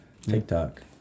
TikTok